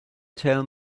tell